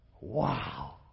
Wow